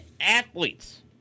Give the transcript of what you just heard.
athletes